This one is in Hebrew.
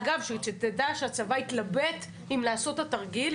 אגב, שתדע שהצבא התלבט אם לעשות את התרגיל.